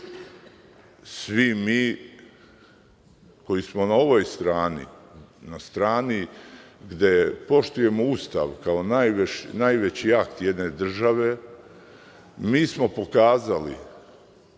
mi koji smo na ovoj strani, na strani gde poštujemo Ustav kao najveći akt jedne države, mi smo pokazali